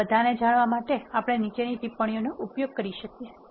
આ બધાને જાણવા આપણે નીચેની ટિપ્પણીઓનો ઉપયોગ કરી શકીએ છીએ